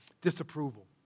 disapproval